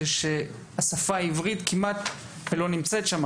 זה שהשפה העברית כמעט ולא נמצאת שם